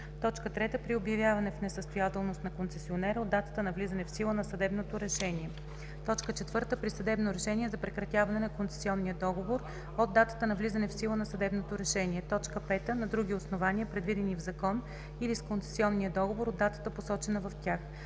3. при обявяване в несъстоятелност на концесионера – от датата на влизане в сила на съдебното решение; 4. при съдебно решение за прекратяване на концесионния договор – от датата на влизане в сила на съдебното решение; 5. на други основания, предвидени в закон или с концесионния договор – от датата, посочена в тях.